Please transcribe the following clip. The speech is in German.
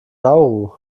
nauru